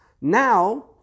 Now